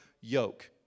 yoke